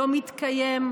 לא מתקיים,